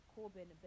Corbyn